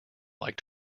like